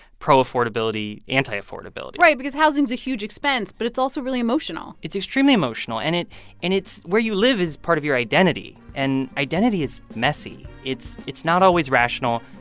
pro-affordability, anti-affordability right because housing is a huge expense, but it's also really emotional it's extremely emotional. and and it's where you live is part of your identity. and identity is messy. it's it's not always rational.